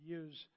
use